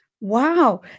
Wow